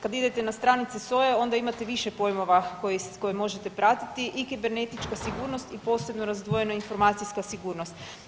Kad idete na stranice SOA-e onda imate više pojmova koji, koje možete pratiti i kibernetička sigurnost i posebno razdvojena informacijska sigurnost.